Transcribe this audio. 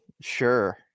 sure